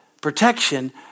protection